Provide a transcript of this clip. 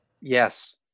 Yes